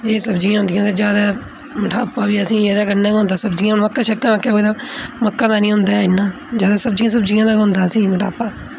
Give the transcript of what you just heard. एह् सब्जियां होदियां ते ज्यादा मनाफा बी असें एह्दे कन्नै गै होंदा सब्जियै मक्कां शक्कां मक्का दा नेईं होंदा ऐ इन्ना ज्यादा सब्जियें सुब्जियें दा होंदा असेंगी इन्ना मनाफा